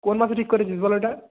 কোন মাসে ঠিক করেছিস বল এটা